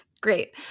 Great